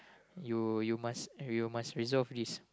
you you must you must resolve this